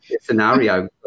scenario